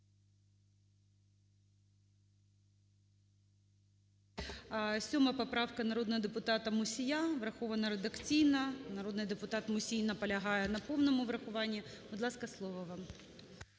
7 поправка народного депутата Мусія врахована редакційно. Народний депутат Мусій наполягає на повному врахуванні. Будь ласка, слово вам.